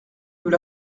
nous